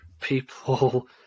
people